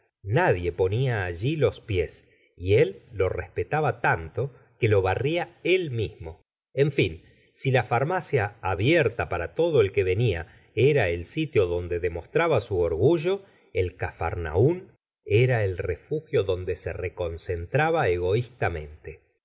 nadie ponía alli los pies y él lo respetaba tanto que lo barría él mismo n fin si la farmacia abierta para todo el que venia era el sitio donde demostraba su orgullo el capharnaun era el refugio donde se reconcentraba egoístamente